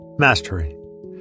Mastery